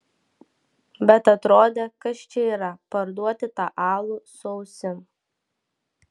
bet atrodė kas čia yra parduoti tą alų su ausim